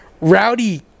Rowdy